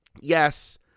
Yes